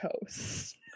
toast